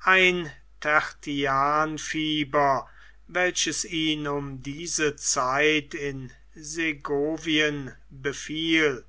ein tertianfieber welches ihn um diese zeit in segovien befiel